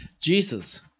Jesus